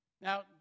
Now